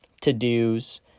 to-dos